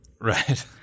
Right